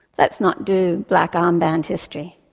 let's not do black armband history.